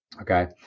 Okay